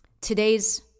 today's